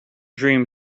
dream